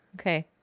Okay